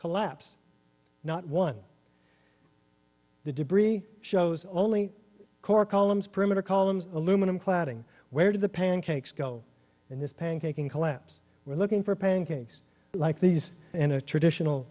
collapse not one the debris shows only core columns perimeter columns aluminum cladding where do the pancakes go in this pancaking collapse we're looking for pancakes like these and a traditional